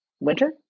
winter